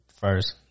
first